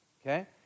Okay